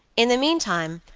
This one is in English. in the meantime,